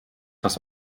das